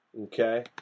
Okay